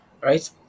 right